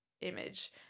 image